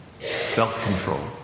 self-control